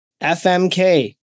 FMK